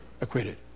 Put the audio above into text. acquitted